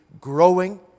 growing